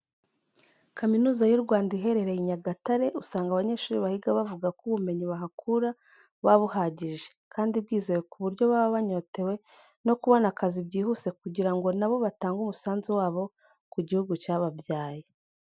Kaminuza y'u Rwanda iherereye i Nyagatare, usanga abanyeshuri bahiga bavuga ko ubumenyi bahakura buba buhagije, kandi bwizewe ku buryo baba banyotewe no kubona akazi byihuse kugira ngo na bo batange umusanzu wabo ku gihugu cyababyaye.